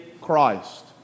Christ